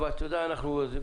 אני כאן.